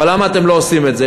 אבל למה אתם לא עושים את זה?